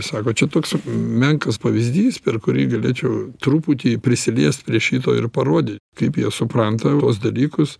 sako čia toks menkas pavyzdys per kurį galėčiau truputį prisiliest prie šito ir parodyt kaip jie supranta tuos dalykus